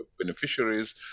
beneficiaries